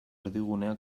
erdigunea